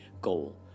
goal